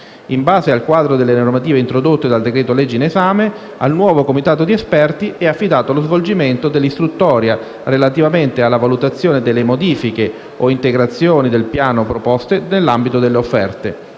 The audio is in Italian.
In base al quadro delle norme introdotte dal decreto-legge in esame, al nuovo comitato di esperti è affidato lo svolgimento dell'istruttoria relativamente alla valutazione delle modifiche e/o integrazioni del piano proposte nell'ambito delle offerte,